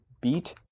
beat